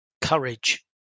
courage